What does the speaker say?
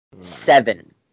seven